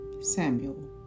Samuel